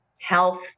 health